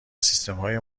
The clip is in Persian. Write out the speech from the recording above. سیستمهای